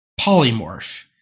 polymorph